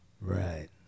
Right